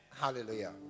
Hallelujah